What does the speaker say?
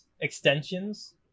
Extensions